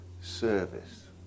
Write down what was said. service